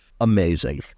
amazing